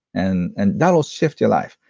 and and that will shift your life,